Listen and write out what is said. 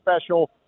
special